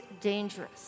dangerous